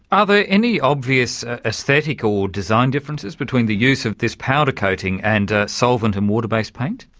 ah there any obvious aesthetic or design differences between the use of this powder coating and solvent and water-based paint?